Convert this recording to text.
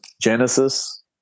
Genesis